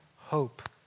hope